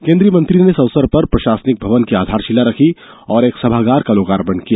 केन्द्रीय मंत्री ने इस अवसर पर प्रशासनिक भवन की आधारशिला रखी और एक सभागार का लोकार्पण किया